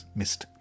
missed